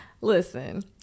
Listen